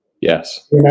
Yes